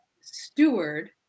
steward